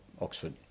Oxford